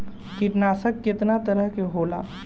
कीटनाशक केतना तरह के होला?